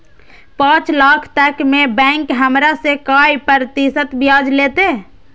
पाँच लाख तक में बैंक हमरा से काय प्रतिशत ब्याज लेते?